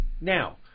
Now